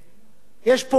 יש פה חוקים,